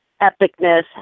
epicness